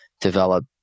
develop